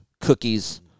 cookies